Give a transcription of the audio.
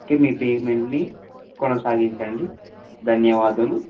okay మీ పేమెంట్ని కొనసాగించండి ధన్యవాదాలు